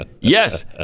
Yes